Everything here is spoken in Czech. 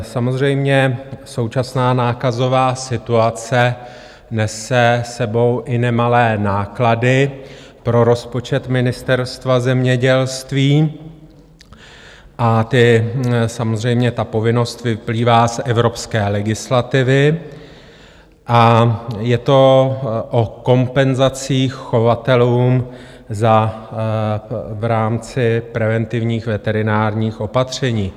Samozřejmě, současná nákazová situace nese s sebou i nemalé náklady pro rozpočet Ministerstva zemědělství ta povinnost vyplývá z evropské legislativy a je to o kompenzacích chovatelům v rámci preventivních veterinárních opatření.